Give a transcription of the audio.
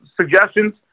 suggestions